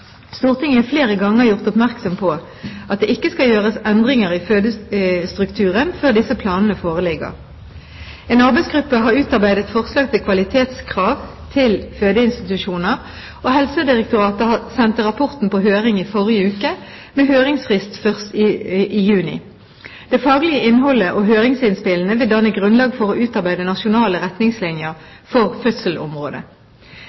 Stortinget er flere ganger gjort oppmerksom på at det ikke skal gjøres endringer i fødestrukturen før disse planene foreligger. En arbeidsgruppe har utarbeidet forslag til kvalitetskrav til fødeinstitusjoner, og Helsedirektoratet sendte rapporten på høring i forrige uke, med høringsfrist først i juni. Det faglige innholdet og høringsinnspillene vil danne grunnlag for å utarbeide nasjonale